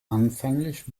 anfänglich